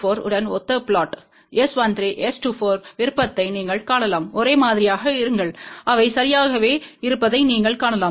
S13 S24விருப்பத்தை நீங்கள் காணலாம் ஒரே மாதிரியாக இருங்கள் அவை சரியாகவே இருப்பதை நீங்கள் காணலாம்